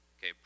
Okay